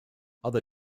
other